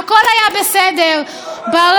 התחלתם לגדף.